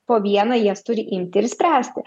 po vieną jas turi imti ir spręsti